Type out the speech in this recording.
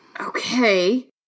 Okay